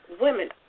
women